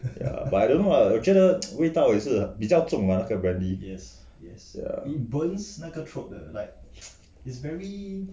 ya but I don't know ah w 我觉得味道也是比较重啊那个 brandy ya